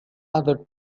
other